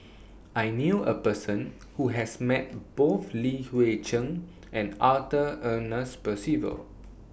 I knew A Person Who has Met Both Li Hui Cheng and Arthur Ernest Percival